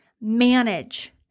manage